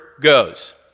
goes